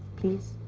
please?